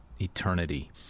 eternity